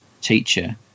teacher